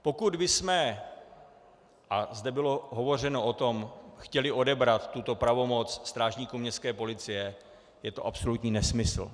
Pokud bychom, a zde o tom bylo hovořeno, chtěli odebrat tuto pravomoc strážníkům městské policie, je to absolutní nesmysl.